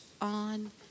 on